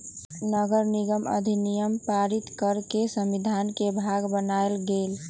नगरनिगम अधिनियम पारित कऽ के संविधान के भाग बनायल गेल